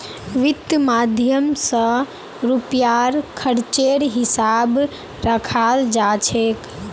वित्त माध्यम स रुपयार खर्चेर हिसाब रखाल जा छेक